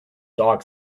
dog